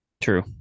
True